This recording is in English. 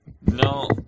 No